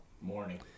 morning